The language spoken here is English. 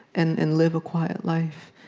and and live a quiet life.